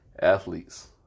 athletes